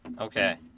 Okay